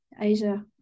Asia